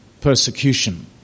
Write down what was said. persecution